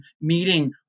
meeting